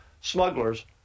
smugglers